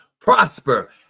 prosper